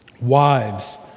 Wives